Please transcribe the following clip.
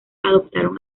adoptaron